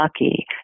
lucky